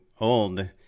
old